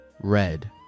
Red